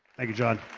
thank you, john